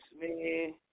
man